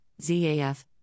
ZAF